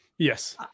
Yes